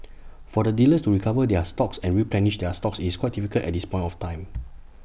for the dealers to recover their stocks and replenish their stocks is quite difficult at this point of time